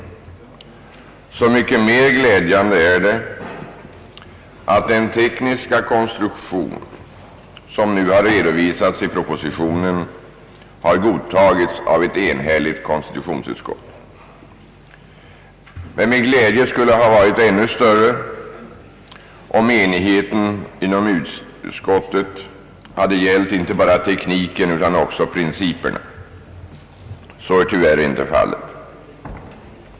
Det är så mycket mer glädjande att den tekniska konstruktion som nu redovisats i propositionen har godtagits av ett enhälligt konstitutionsutskott. Min glädje skulle emellertid vara ännu större, om enigheten inom konstitutionsutskottet hade gällt inte bara tekniken utan även principerna. Så är tyvärr inte fallet.